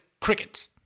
crickets